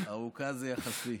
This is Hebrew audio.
ארוכה זה יחסי.